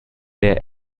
der